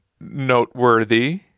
noteworthy